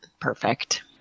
perfect